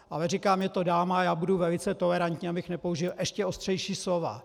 Ale říkám, je to dáma, já budu velice tolerantní, abych nepoužil ještě ostřejší slova.